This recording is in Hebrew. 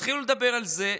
תתחילו לדבר על זה,